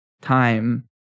time